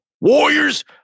Warriors